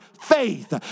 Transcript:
faith